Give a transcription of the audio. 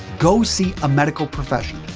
go see a medical professional.